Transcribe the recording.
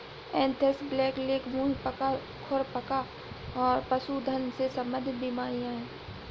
anthrax, blackleg, मुंह पका, खुर पका पशुधन से संबंधित बीमारियां हैं